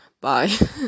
Bye